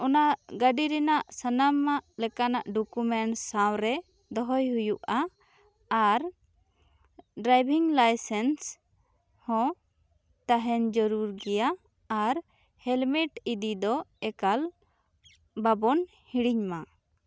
ᱚᱱᱟ ᱜᱟᱹᱰᱤ ᱨᱮᱱᱟᱜ ᱥᱟᱱᱟᱢᱟᱜ ᱞᱮᱠᱟᱱᱟᱜ ᱰᱚᱠᱩᱢᱮᱱᱥ ᱥᱟᱶᱨᱮ ᱫᱚᱦᱚᱭ ᱦᱩᱭᱩᱜᱼᱟ ᱟᱨ ᱰᱨᱟᱭᱵᱷᱤᱝ ᱞᱟᱭᱥᱮᱱᱥ ᱦᱚᱸ ᱛᱟᱦᱮᱱ ᱡᱟᱹᱨᱩᱲ ᱜᱮᱭᱟ ᱟᱨ ᱦᱮᱞᱢᱮᱴ ᱤᱫᱤ ᱫᱚ ᱮᱠᱟᱞ ᱵᱟᱵᱚᱱ ᱦᱤᱲᱤᱧ ᱢᱟ